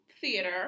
theater